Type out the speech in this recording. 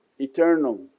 Eternal